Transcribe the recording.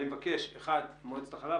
קודם נשמע את מועצת החלב,